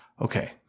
Okay